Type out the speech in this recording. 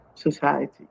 society